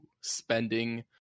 spending